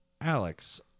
Alex